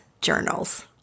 journals